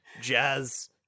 jazz